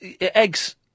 Eggs